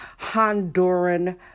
Honduran